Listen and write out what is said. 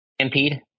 Stampede